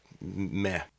meh